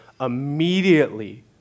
Immediately